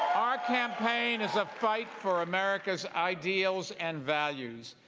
our campaign is a fight for america's ideals and values.